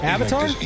Avatar